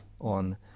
on